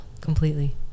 completely